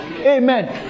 Amen